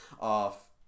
off